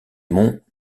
monts